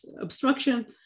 obstruction